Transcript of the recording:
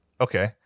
Okay